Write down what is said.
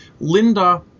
Linda